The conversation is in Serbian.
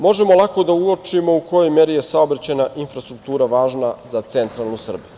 Možemo lako da uočimo u kojoj meri je saobraćajna infrastruktura važna za centralnu Srbiju.